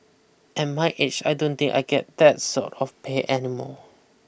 and my age I don't think I can get that sort of pay any more